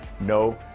no